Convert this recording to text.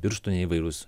birštone įvairūs